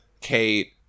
Kate